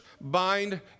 bind